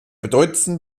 bedeutendsten